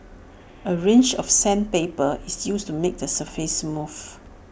A range of sandpaper is used to make the surface smooth